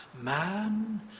Man